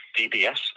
DBS